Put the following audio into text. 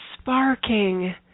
Sparking